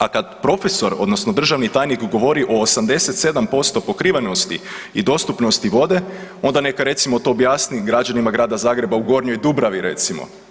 A kad profesor odnosno državni tajnik govori o 87% pokrivenosti i dostupnosti vode onda neka recimo to objasni građanima Grada Zagreba u Gornjoj Dubravi recimo.